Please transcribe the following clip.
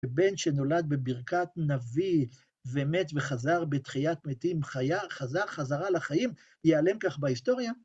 בן שנולד בברכת נביא ומת וחזר בתחיית מתים, חזר חזרה לחיים, ייעלם כך בהיסטוריה?